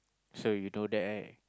so you know that right